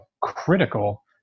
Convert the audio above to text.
critical